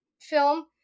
film